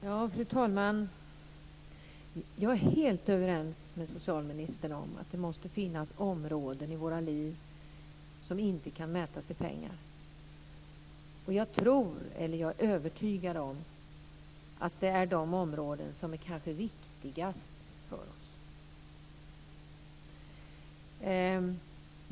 Fru talman! Jag är helt överens med socialministern om att det måste finnas områden i våra liv som inte kan mätas i pengar. Jag är övertygad om att det är de områden som kanske är viktigast för oss.